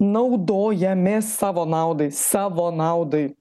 naudojamės savo naudai savo naudai